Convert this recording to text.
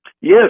Yes